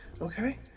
okay